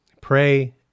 pray